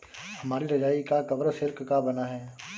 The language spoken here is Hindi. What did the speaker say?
हमारी रजाई का कवर सिल्क का बना है